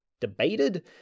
debated